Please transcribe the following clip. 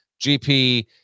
GP